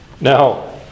Now